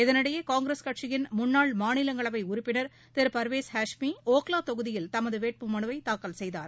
இதனிடையே காங்கிரஸ் கட்சியின் முன்னாள் மாநிலங்களவை உறுப்பினர் திரு பர்வேஷ் ஹேஷ்மி ஒக்லா தொகுதியில் தமது வேட்புமனுவைத் தாக்கல் செய்தார்